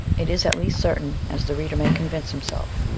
it is at least certain, as the reader may convince himself,